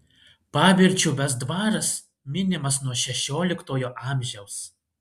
pavirčiuvės dvaras minimas nuo šešioliktojo amžiaus